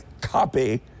copy